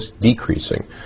decreasing